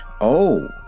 Oh